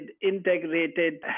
integrated